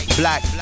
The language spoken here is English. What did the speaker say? black